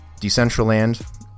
Decentraland